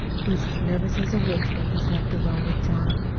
he's as nervous as a witch when he's left alone with john.